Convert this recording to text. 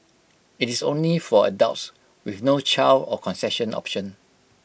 IT is only for adults with no child or concession option